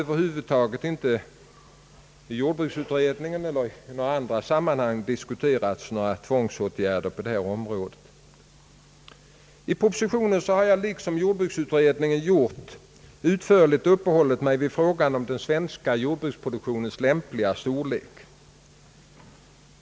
Varken i jordbruksutredningen eller i några andra sammanhang har några som helst tvångsåtgärder på detta område diskuterats. I propositionen har jag, liksom tidigare jordbruksutredningen, utförligt uppehållit mig vid frågan om den svenska jordbruksproduktionens lämpliga storlek.